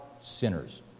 sinners